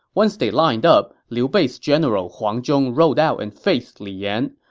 once they lined up, liu bei's general huang zhong rode out and faced li yan.